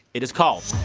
it is called.